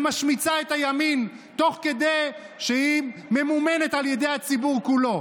ומשמיצה את הימין תוך כדי שהיא ממומנת על ידי הציבור כולו.